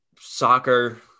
soccer